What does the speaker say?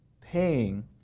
paying